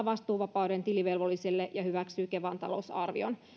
vastuuvapauden tilivelvollisille ja hyväksyy kevan talousarvion